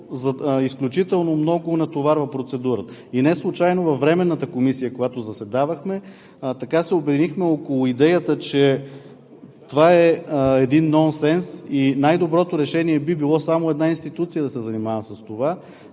изключително много натоварва процедурата. И неслучайно във Временната комисия, в която заседавахме, се обединихме около идеята, че това е един нонсенс и най-доброто решение би било само една институция да се занимава с това,